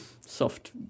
soft